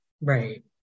Right